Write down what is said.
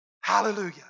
Hallelujah